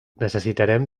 necessitarem